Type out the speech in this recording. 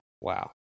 Wow